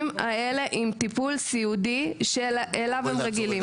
האלה עם טיפולך סיעודי אליו הם רגילים.